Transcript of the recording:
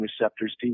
receptors